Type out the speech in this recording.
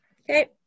Okay